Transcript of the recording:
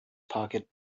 pocket